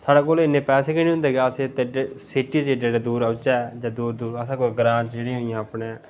स्हाड़े कोल इन्ने पैसे गै नी होंदे के अस इत्थै सिटी च एड्डे एड्डे दूर औचे जां दूर दूर असें कोई ग्रांऽ च जेह्ड़ियां होई गेइयां अपने